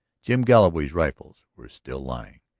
jim galloway's rifles were still lying.